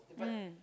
mm